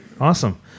Awesome